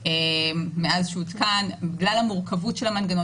מאז שהוא הותקן בגלל המורכבות של המנגנון.